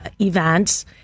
events